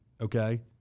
Okay